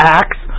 acts